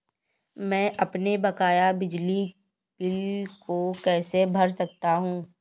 मैं अपने बकाया बिजली बिल को कैसे भर सकता हूँ?